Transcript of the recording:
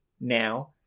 now